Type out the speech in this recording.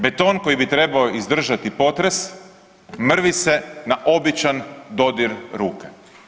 Beton koji bi trebao izdržati potres mrvi se na običan dodir ruke.